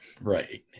right